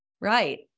Right